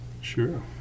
Sure